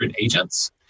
agents